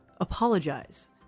apologize